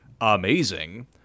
amazing